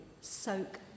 soak